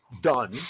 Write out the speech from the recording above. done